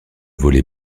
volley